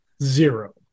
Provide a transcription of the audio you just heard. Zero